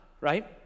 right